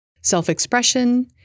self-expression